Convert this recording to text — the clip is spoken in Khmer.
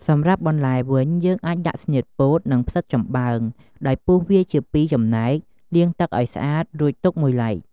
សម្រាប់បន្លែវិញ យើងអាចដាក់ ស្នៀតពោត និង ផ្សិតចំបើង ដោយពុះវាជាពីរចំណែក លាងទឹកឱ្យស្អាត រួចទុកមួយឡែក។